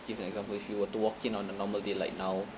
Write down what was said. give an example if you were to walk in on the normal day like now